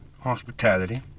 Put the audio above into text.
hospitality